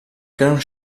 gran